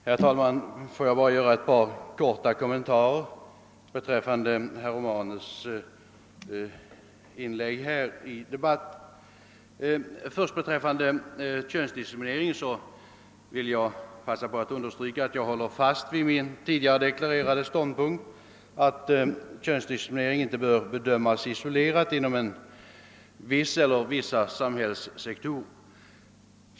Herr talman! Får jag bara göra ett par korta kommentarer till herr Romanus” inlägg i debatten! Vad först beträffar könsdiskrimineringen håller jag fast vid min tidigare deklarerade ståndpunkt, att könsdiskrimineringen inte bör bedömas isolerad inom en viss eller vissa: samhällssektorer.